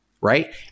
Right